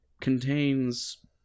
contains